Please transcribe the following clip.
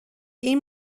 این